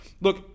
look